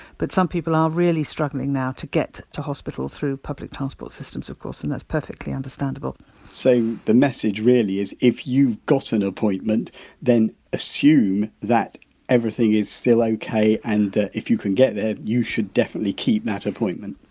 but some people are really struggling now to get to hospital through public transport systems of course and that's perfectly understandable so, the message really is if you've got an appointment then assume that everything is still okay and if you can get there you should definitely keep that appointment?